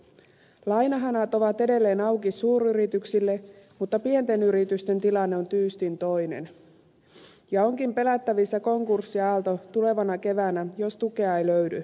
lainahanat ovat edelleen auki suuryrityksille mutta pienten yritysten tilanne on tyystin toinen ja onkin pelättävissä konkurssiaalto tulevana keväänä jos tukea ei löydy